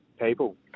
people